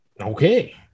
Okay